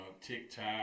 TikTok